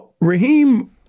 Raheem